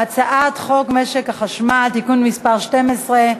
חוק משק החשמל (תיקון מס' 12),